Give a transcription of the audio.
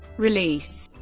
release